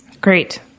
Great